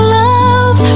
love